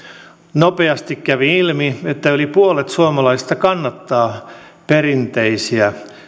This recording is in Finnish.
nopeasti kävi ilmi että yli puolet suomalaisista kannattaa perinteisiä